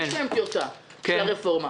כלומר יש להם טיוטה של הרפורמה.